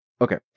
Okay